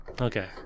Okay